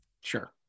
Sure